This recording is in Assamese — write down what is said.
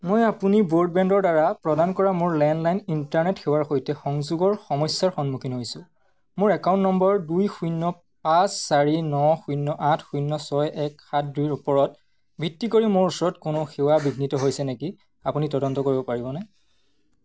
মই আপুনি ব্ৰডবেণ্ডৰদ্বাৰা প্ৰদান কৰা মোৰ লেণ্ডলাইন ইণ্টাৰনেট সেৱাৰ সৈতে সংযোগৰ সমস্যাৰ সন্মুখীন হৈছোঁ মোৰ একাউণ্ট নম্বৰ দুই শূন্য পাঁচ চাৰি ন শূন্য আঠ শূন্য ছয় এক সাত দুইৰ ওপৰত ভিত্তি কৰি মোৰ ওচৰত কোনো সেৱা বিঘ্নিত হৈছে নেকি আপুনি তদন্ত কৰিব পাৰিবনে